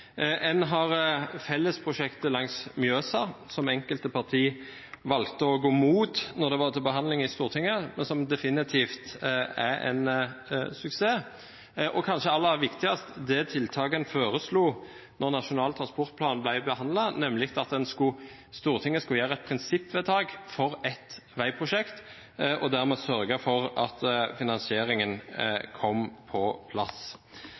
En har fellesprosjektet langs Mjøsa, som enkelte partier valgte å gå imot da det var til behandling i Stortinget, men som definitivt er en suksess. Og kanskje aller viktigst er det tiltaket en foreslo da Nasjonal transportplan ble behandlet, nemlig at Stortinget skulle gjøre et prinsippvedtak for ett veiprosjekt og dermed sørge for at finansieringen kom på plass.